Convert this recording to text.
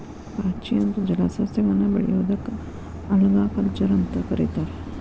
ಪಾಚಿ ಅಂತ ಜಲಸಸ್ಯಗಳನ್ನ ಬೆಳಿಯೋದಕ್ಕ ಆಲ್ಗಾಕಲ್ಚರ್ ಅಂತ ಕರೇತಾರ